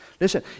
Listen